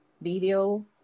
video